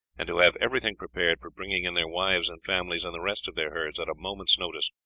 and to have everything prepared for bringing in their wives and families and the rest of their herds at a moment's notice.